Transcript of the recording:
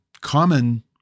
common